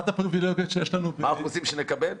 מה האחוזים שנקבל?